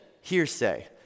hearsay